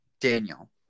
Daniel